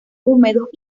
húmedos